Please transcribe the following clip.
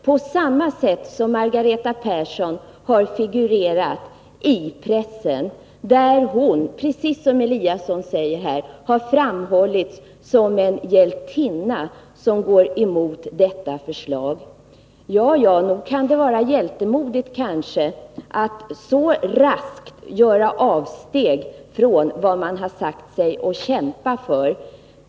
På samma sätt har hon figurerat i pressen, där hon precis som Ingemar Eliasson säger har framhållits såsom en hjältinna, som går emot detta förslag. Ja, nog kan det kanske vara hjältemodigt att så raskt göra avsteg från vad man har sagt sig kämpa för.